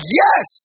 yes